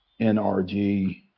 NRG